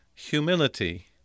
humility